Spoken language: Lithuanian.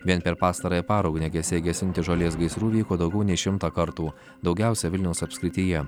vien per pastarąją parą ugniagesiai gesinti žolės gaisrų vyko daugiau nei šimtą kartų daugiausia vilniaus apskrityje